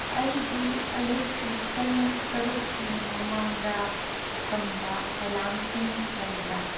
ꯑꯩꯒꯤ ꯑꯌꯨꯛꯀꯤ ꯄꯨꯡ ꯇꯔꯨꯛꯀꯤ ꯃꯃꯥꯡꯗ ꯊꯝꯕ ꯑꯦꯂꯥꯝꯁꯤꯡ ꯂꯩꯕ꯭ꯔꯥ